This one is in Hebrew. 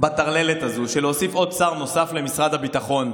בטרללת הזאת של להוסיף עוד שר נוסף למשרד הביטחון,